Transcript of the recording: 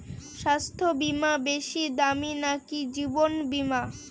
স্বাস্থ্য বীমা বেশী দামী নাকি জীবন বীমা?